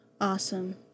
awesome